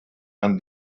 and